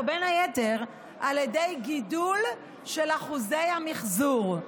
בין היתר על ידי גידול של אחוזי המחזור.